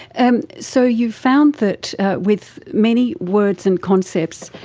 and so you've found that with many words and concepts,